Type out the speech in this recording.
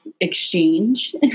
exchange